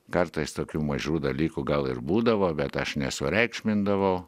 kartais tokių mažų dalykų gal ir būdavo bet aš nesureikšmindavau